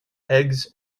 eggs